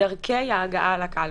דרכי ההגעה לקלפי.